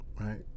right